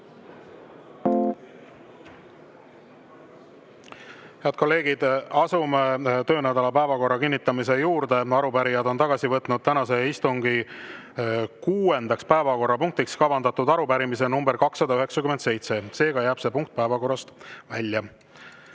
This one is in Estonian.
Head kolleegid, asume töönädala päevakorra kinnitamise juurde. Arupärijad on tagasi võtnud tänase istungi kuuendaks päevakorrapunktiks kavandatud arupärimise nr 297. Seega jääb see punkt päevakorrast välja.